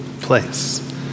place